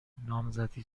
نامزدی